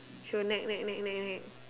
she will nag nag nag nag nag